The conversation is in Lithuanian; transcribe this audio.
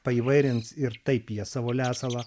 paįvairins ir taip jie savo lesalą